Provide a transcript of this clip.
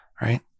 right